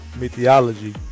mythology